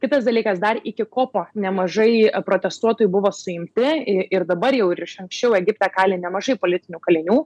kitas dalykas dar iki kopo nemažai protestuotojų buvo suimti ir dabar jau ir iš anksčiau egipte kali nemažai politinių kalinių